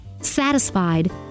Satisfied